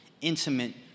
intimate